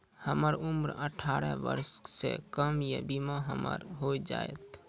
हमर उम्र अठारह वर्ष से कम या बीमा हमर हो जायत?